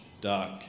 dark